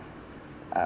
uh